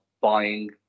buying